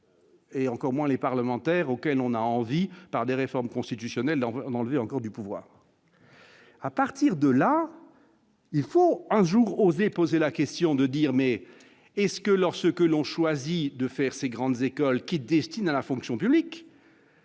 Et encore moins les parlementaires auxquelles on a envie, par les réformes constitutionnelles en on vu encore du pouvoir. à partir de là, il faut un jour oser poser la question de dire mais est-ce que l'or, ce que l'on choisit de faire ces grandes écoles qui est destiné à la fonction publique.